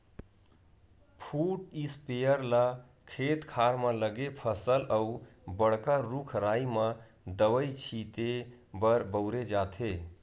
foot sprayer ल खेत खार म लगे फसल अउ बड़का रूख राई म दवई छिते बर बउरे जाथे